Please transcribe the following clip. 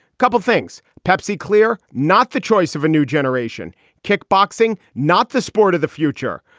couple of things. pepsi clear. not the choice of a new generation kickboxing, not the sport of the future.